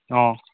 অঁ